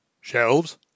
Shelves